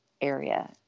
area